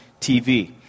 TV